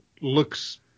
Looks